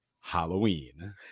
Halloween